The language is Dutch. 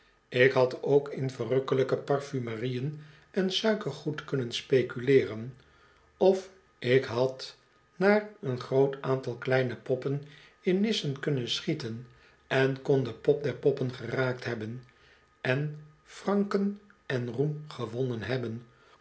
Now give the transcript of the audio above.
ik had ook in verrukkelijke parfumerieën en suikergoed kunnen speculeeren of ik ik had naar een groot aantal kleine poppen in nissen kunnen schieten en kon de pop der poppen geraakt hebben en franken en roem gewonnen hebben